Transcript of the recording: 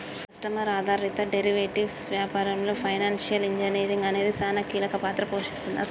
customer ఆధారిత derivatives వ్యాపారంలో financial engineering అనేది సానా కీలక పాత్ర పోషిస్తుంది